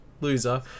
loser